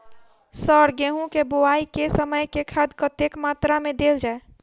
Sir गेंहूँ केँ बोवाई केँ समय केँ खाद कतेक मात्रा मे देल जाएँ?